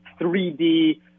3D